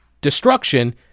destruction